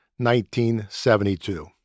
1972